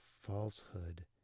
falsehood